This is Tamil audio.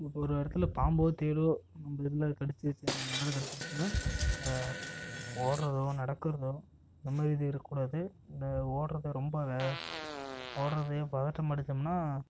இப்போது ஒரு இடத்தில் பாம்போ தேளோ நம்மள இதில் கடிச்சிருச்சு நம் மேலே கடிச்சிருச்சினால் ஓடுறதோ நடக்கிறதோ இந்த மாதிரி இது இருக்கக்கூடாது இந்த ஓடுறது ரொம்ப ரே ஓடுறதையும் பதட்டம் அடைஞ்சோம்னா